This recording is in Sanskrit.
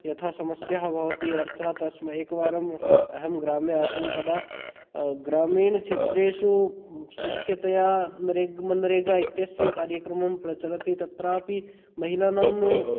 यथा समस्याः भवति अर्थात् तस्म् एकवारम् अहं ग्रामे आसं तदा ग्रामीणक्षेत्रेषु मुख्यतया रेग् मनरेगा इत्यस्य कार्यक्रमं प्रचलति तत्रापि महिलानां